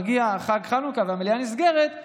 כשמגיע חג חנוכה והמליאה נסגרת,